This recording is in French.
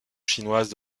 chinoise